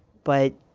but,